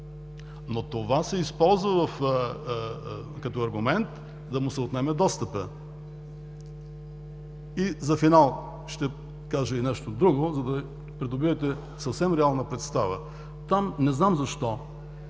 но това се използва като аргумент, за да му се отнеме достъпът. И за финал ще кажа и нещо друго, за да придобиете съвсем реална представа. Там, не знам защо,